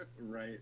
right